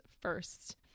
first